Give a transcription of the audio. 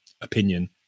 opinion